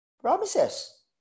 promises